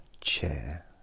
chair